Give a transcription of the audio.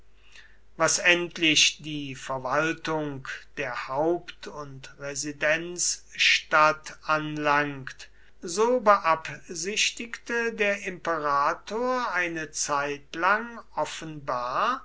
was endlich die verwaltung der haupt und residenzstadt anlangt so beabsichtigte der imperator eine zeitlang offenbar